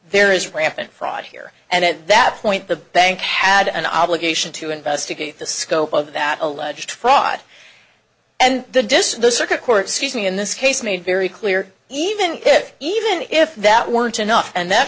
there is rampant fraud here and at that point the bank had an obligation to investigate the scope of that alleged fraud and the disks the circuit court speaking in this case made very clear even if even if that weren't enough and that